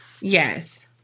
Yes